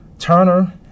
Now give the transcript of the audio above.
Turner